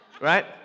Right